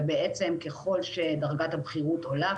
וכלל שדרגת הבכירות עולה,